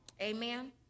Amen